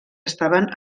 estaven